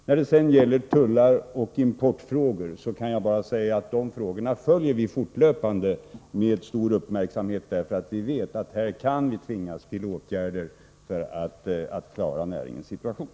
När det gäller tullar och importfrågor kan jag bara säga att vi följer dessa frågor fortlöpande med stor uppmärksamhet, eftersom vi vet att vi här kan tvingas till åtgärder för att klara näringens situation.